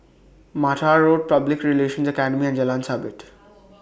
Mattar Road Public Relations Academy and Jalan Sabit